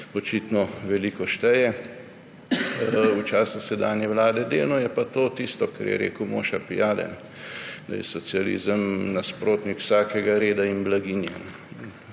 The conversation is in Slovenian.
očitno veliko šteje v času sedanje vlade, delno pa je to tisto, kar je rekel Moša Pijade – da je socializem nasprotnik vsakega reda in blaginje.